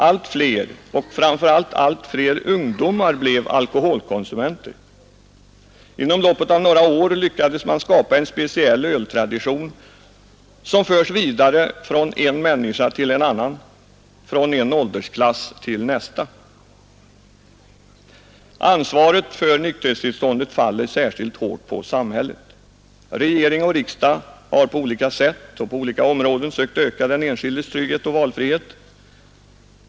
Allt fler och framför allt allt fler ungdomar blev alkoholkonsumenter. Inom loppet av några år lyckades man skapa en speciell öltradition, som förs vidare från en människa till en annan, från en åldersklass till nästa. Ansvaret för nykterhetstillståndet faller särskilt hårt på samhället. Regering och riksdag har på olika sätt och på olika områden sökt öka den enskildes trygghet och valfrihet.